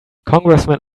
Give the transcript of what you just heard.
congressman